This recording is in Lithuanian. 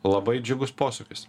labai džiugus posūkis